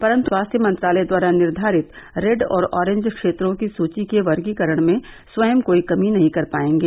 परन्तु स्वास्थ्य मंत्रालय द्वारा निर्धारित रेड और अॅरिंज क्षेत्रों की सूची के वर्गीकरण में स्वयं कोई कमी नहीं कर पाएंगे